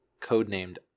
codenamed